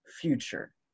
future